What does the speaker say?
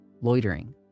loitering